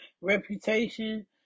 reputation